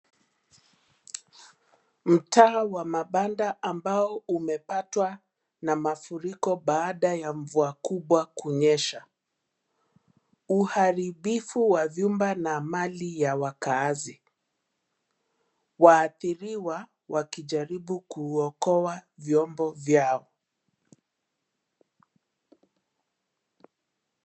Mtaa wa mabanda ambao umepatwa na mafuriko baada ya mvua kubwa kunyesha. Uharibifu wa vyumba na Mali ya wakaazi. Waathiriwa, wakijaribu kuokoa vyombo vyao.